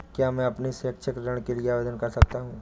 क्या मैं अपने शैक्षिक ऋण के लिए आवेदन कर सकता हूँ?